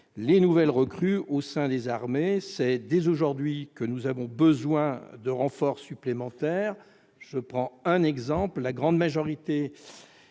des nouvelles recrues au sein des armées. C'est dès aujourd'hui que nous avons besoin de renforts supplémentaires. Prenons un exemple : la grande majorité